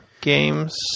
games